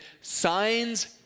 signs